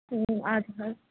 اَدٕ حظ